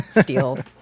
steal